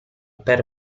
per